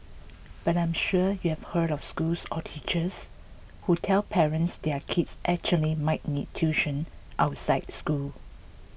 but I'm sure you've heard of schools or teachers who tell parents their kids actually might need tuition outside school